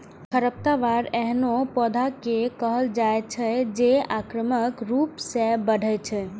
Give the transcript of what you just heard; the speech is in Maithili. खरपतवार एहनो पौधा कें कहल जाइ छै, जे आक्रामक रूप सं बढ़ै छै